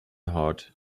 hot